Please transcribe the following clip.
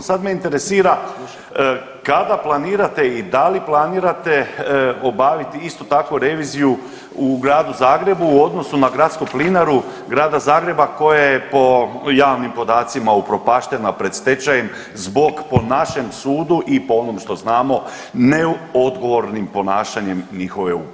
Sada me interesira kada planirate i da li planirate obaviti isto tako reviziju u gradu Zagrebu u odnosu na Gradsku plinaru grada Zagreba koja je po javnim podacima upropaštena pred stečajem zbog po našem sudu i po onom što znamo neodgovornim ponašanjem njihove uprave.